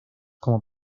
como